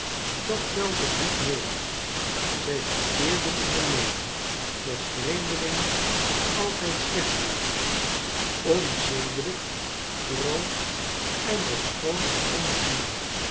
dat telde niet mee zij verkeerden in de meening dat vreemdelingen altijd sleoht waren onzedelijk vooral en ofschoon er onder hen